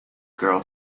girl